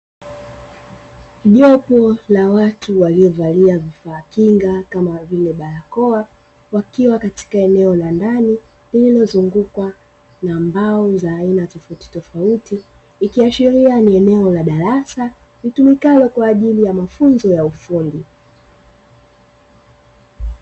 Jopo la watu waliovalia vifaa kinga kama vile barakoa wakiwa katika eneo la ndani, lililozungukwa na mbao tofauti tofauti kama mbao, likiashiria ni eneo la darasa litumikalo kwa ajili ya mafunzo ya ufundi.